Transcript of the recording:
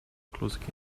kluski